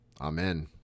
Amen